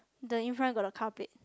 the in front got the car plate